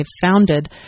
founded